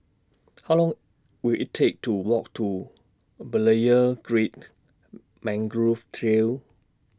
How Long Will IT Take to Walk to Berlayer Creek Mangrove Trail